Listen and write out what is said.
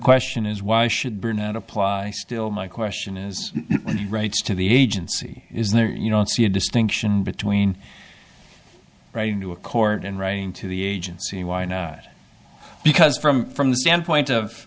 question is why should brunette apply still my question is to the agency is there you don't see a distinction between writing to a court and writing to the agency why now because from from the standpoint of